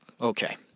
Okay